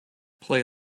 play